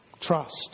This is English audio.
Trust